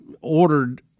ordered